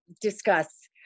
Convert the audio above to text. discuss